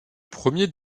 premier